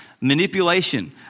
manipulation